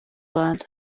rwanda